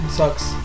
sucks